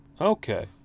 Okay